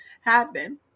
Happen